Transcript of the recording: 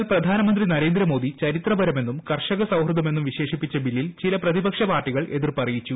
എന്നാൽ പ്രധാനമന്ത്രി നരേന്ദ്രമോദി ചരിത്രപരമെന്നും കർഷകസൌഹൃദമെന്നും വിശേഷിപ്പിച്ച ബില്ലിൽ ചില പ്രതിപക്ഷ പാർട്ടികൾ എതിർപ്പ് അറിയിച്ചു